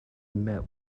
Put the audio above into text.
met